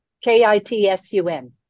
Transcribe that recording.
K-I-T-S-U-N